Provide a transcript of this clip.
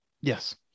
yes